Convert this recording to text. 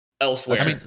elsewhere